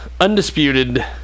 undisputed